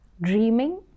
dreaming